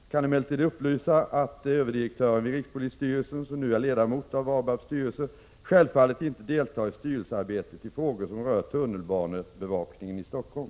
Jag kan emellertid upplysa att överdirektören vid rikspolisstyrelsen, som nu är ledamot av ABAB:s styrelse, självfallet inte deltar i styrelsearbetet i frågor som gäller tunnelbanebevakningen i Stockholm.